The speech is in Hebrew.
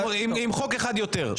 ועם חוק אחד יותר?